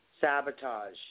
sabotage